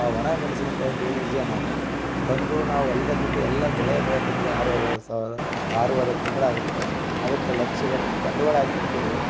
ಒಣಮೆಣಸಿನ್ಕಾಯ್ ಬೀಜನ ತಂದು ನಾವು ಹೊಲದಲ್ಲಿಟ್ಟು ಎಲ್ಲ ಬೆಳೆ ಬೆಳೆತಟಿಗೆ ಆರುವರೆ ಏಳು ಸಾವಿರ ಆರುವರೆ ತಿಂಗಳಾಗತ್ತೆ ಅದಕ್ಕೆ ಲಕ್ಷಗಟ್ಟಲೆ ಬಂಡವಾಳ ಹಾಕಿರ್ತೀವಿ